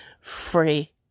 free